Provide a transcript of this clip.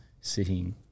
sitting